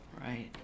Right